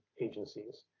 agencies